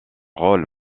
rôle